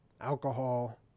alcohol